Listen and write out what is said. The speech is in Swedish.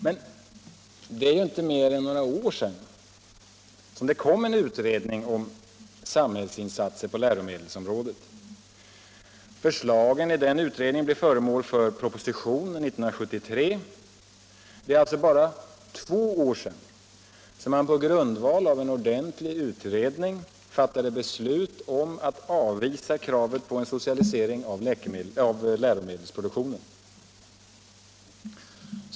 Men det är inte mer än 4 november 1975 några år sedan det kom en utredning om ”samhällsinsatser på lärome-— delsområdet”. Förslagen i den utredningen blev föremål för proposition — Om förstatligande 1973. Det har alltså bara gått två år sedan man på grundval av en ordentlig — av läromedelsproutredning fattade beslut om att avvisa kravet på en socialisering av lä — duktionen romedelsproduktionen.